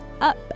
up